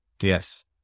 Yes